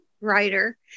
writer